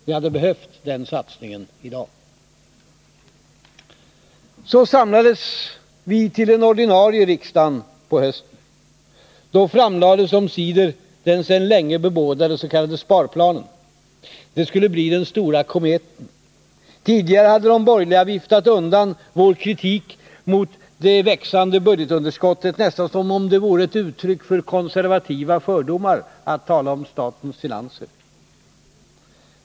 Den satsningen hade behövts i dag. Så samlades vi till den ordinarie riksdagen på hösten. Då framlades omsider den sedan länge bebådade s.k. sparplanen. Det skulle bli den stora kometen. Tidigare hade de borgerliga viftat undan vår kritik mot det växande budgetunderskottet, nästan som om det vore ett uttryck för konservativa fördomar att tala om statens finanser.